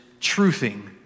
truthing